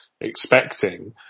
expecting